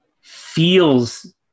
feels